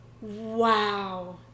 wow